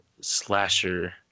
slasher